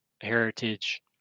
heritage